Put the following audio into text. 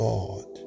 God